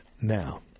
now